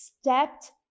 stepped